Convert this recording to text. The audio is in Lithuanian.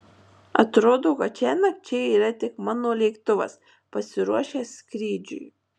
atrodo kad šiąnakt čia yra tik mano lėktuvas pasiruošęs skrydžiui